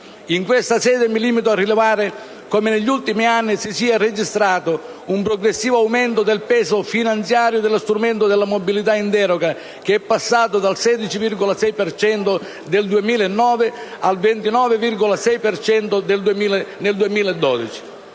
In questa sede, mi limito a rilevare come negli ultimi anni si sia registrato un progressivo aumento del peso finanziario dello strumento della mobilità in deroga, che è passato dal 16,6 per cento del 2009 al 29,6 per cento